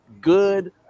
Good